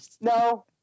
no